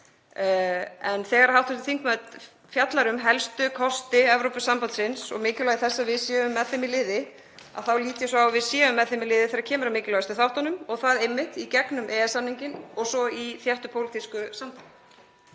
En þegar hv. þingmaður fjallar um helstu kosti Evrópusambandsins og mikilvægi þess að við séum með þeim í liði þá lít ég svo á að við séum með þeim í liði þegar kemur að mikilvægustu þáttunum og það er einmitt í gegnum EES-samninginn og svo í þéttu pólitísku samtali.